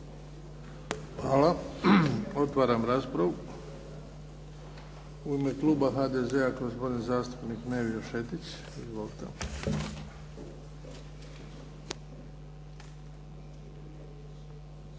Hvala. Otvaram raspravu. U ime kluba HDZ-a, gospodin zastupnik Nevio Šetić.